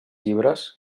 llibres